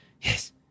Yes